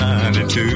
92